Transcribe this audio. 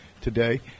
today